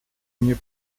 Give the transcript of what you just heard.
nie